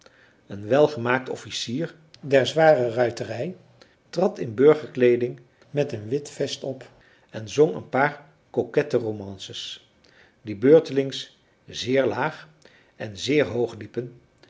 een welgemaakt officier der zware ruiterij trad in burgerkleeding met een wit vest op en zong een paar coquette romances die beurtelings zeer laag en zeer hoog liepen